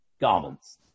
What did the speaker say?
garments